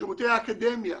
שירותי אקדמיה,